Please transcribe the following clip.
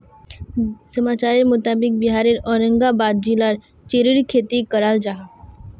समाचारेर मुताबिक़ बिहारेर औरंगाबाद जिलात चेर्रीर खेती कराल जाहा